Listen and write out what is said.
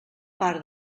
part